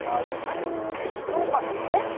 हजुर अनि रुमहरू चाहिँ